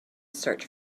search